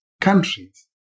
countries